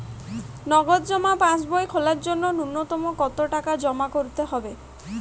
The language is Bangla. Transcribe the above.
নগদ জমা পাসবই খোলার জন্য নূন্যতম কতো টাকা জমা করতে হবে?